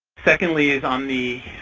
secondly, is on the